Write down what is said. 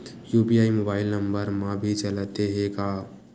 UPI mobile number मा भी चलते हे का?